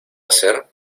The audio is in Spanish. hacer